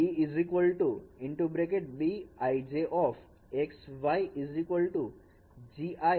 B bij x y gi